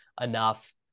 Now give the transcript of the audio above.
enough